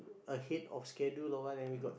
a hit of schedule or what then we got